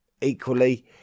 Equally